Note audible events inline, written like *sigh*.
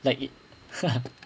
like it *laughs*